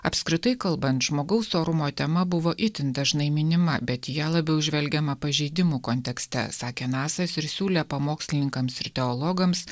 apskritai kalbant žmogaus orumo tema buvo itin dažnai minima bet į ją labiau žvelgiama pažeidimų kontekste sakė nasas ir siūlė pamokslininkams ir teologams